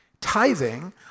Tithing